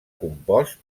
compost